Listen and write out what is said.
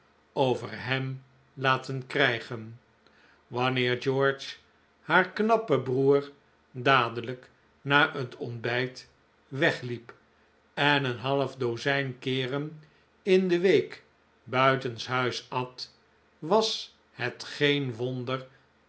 over hem laten krijgen wanneer george haar knappe broer dadelijk na het ontbijt wegliep en een half dozijn keeren in de week buitenshuis at was het geen wonder